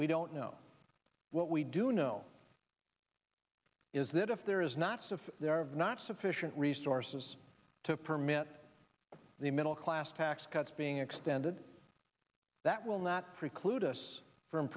we don't know what we do know is that if there is knots of there are not sufficient resources to permit the middle class tax cuts being extended that will not preclude us from